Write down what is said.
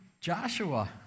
Joshua